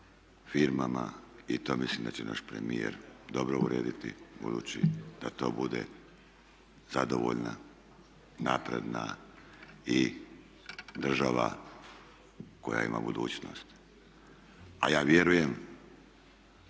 firmama i to mislim da će naš premijer dobro urediti budući da to bude zadovoljna, napredna i država koja ima budućnost. A ja vjerujem